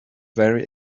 very